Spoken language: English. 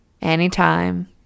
anytime